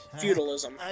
feudalism